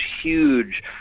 huge